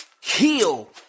heal